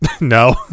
No